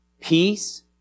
Peace